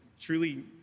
truly